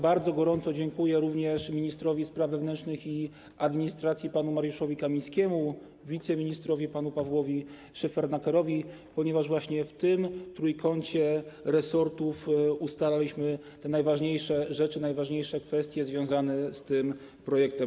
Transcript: Bardzo gorąco dziękuję również ministrowi spraw wewnętrznych i administracji panu Mariuszowi Kamińskiemu, wiceministrowi panu Pawłowi Szefernakerowi, ponieważ właśnie w tym trójkącie resortów ustalaliśmy te najważniejsze rzeczy, najważniejsze kwestie związane z tym projektem.